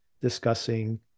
discussing